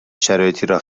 شرایطی